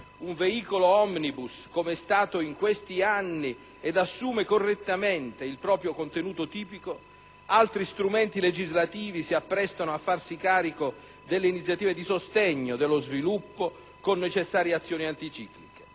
un veicolo *omnibus*, com'è stato in questi anni, ed assume correttamente il proprio contenuto tipico, altri strumenti legislativi si apprestano a farsi carico delle iniziative di sostegno dello sviluppo con necessarie azioni anticicliche.